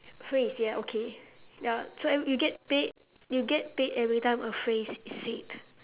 phrase ya okay ya so every you get paid you get paid every time a phrase is said